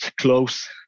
close